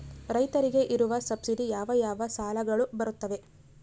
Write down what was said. ರೈತರಿಗೆ ಇರುವ ಸಬ್ಸಿಡಿ ಯಾವ ಯಾವ ಸಾಲಗಳು ಬರುತ್ತವೆ?